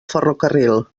ferrocarril